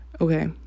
okay